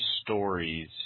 stories